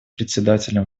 председателем